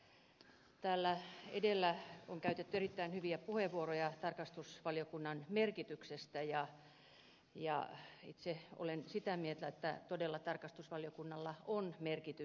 täällä edellä on käytetty erittäin hyviä puheenvuoroja tarkastusvaliokunnan merkityksestä ja itse olen sitä mieltä että tarkastusvaliokunnalla todella on merkitystä